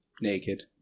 naked